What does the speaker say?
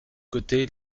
côtés